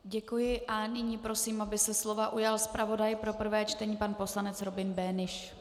Děkuji a nyní prosím, aby se slova ujal zpravodaj pro prvé čtení pan poslanec Robin Böhnisch.